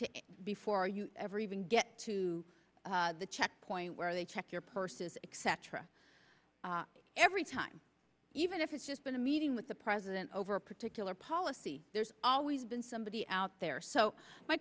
to before you ever even get to the checkpoint where they check your purses except for every time even if it's just been a meeting with the president over a particular policy there's always been somebody out there so my